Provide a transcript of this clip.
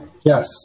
Yes